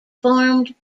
formed